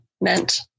meant